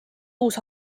uus